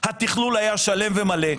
התכלול היה שלם ומלא.